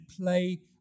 play